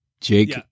Jake